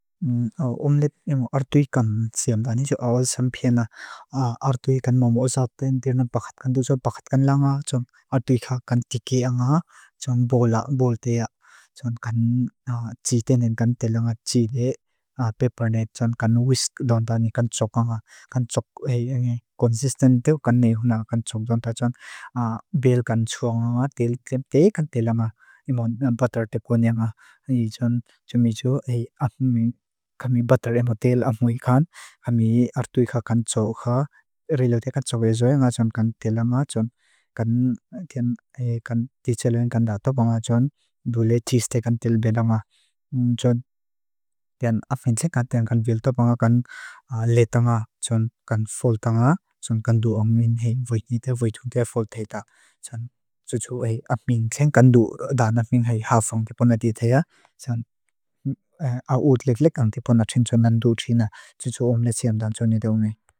Umele arduikan siyamdan niju awas sampiena arduikan momo zaute, nir na pakatkan duza pakatkan langa, arduikan kan dike anga, bol teya. Kan chiite nan kan te langa chiite, peperne can whisk langa ni kan chok anga, kan chok ek konsistente, kan nehuna kan chok, bel kan chok anga, til klep te kan te langa, imo nan batar te konianga. I chon chumiju ek ammi, kami batar emotil ammui kan, ammi arduikan kan chok ha, relotiikan chok ezo anga, chon kan te langa, chon kan ti chelen kan dato punga chon, dule chiiste kan te langa. Chon afin chekan te an kan wilto punga kan le tanga, chon kan fol tanga, chon kan du ong min hein, weitni te weitungi e fol teita. Chon chon chok e afmin chen kan du dan afmin hei hafong te puna ti teya. Chon awut lik lik ang te puna chin chon nan du china, chon chok ong ne siyamdan chon ni te ume.